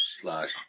Slash